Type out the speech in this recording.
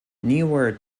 newer